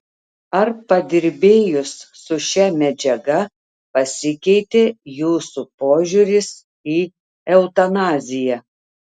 ar padirbėjus su šia medžiaga pasikeitė jūsų požiūris į eutanaziją